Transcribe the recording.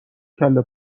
کله